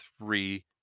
three